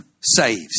saves